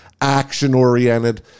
action-oriented